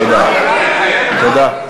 תודה.